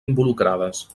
involucrades